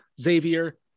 Xavier